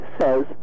says